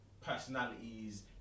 personalities